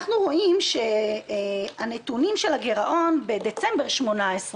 אנחנו רואים שהנתונים של הגרעון בדצמבר 2018,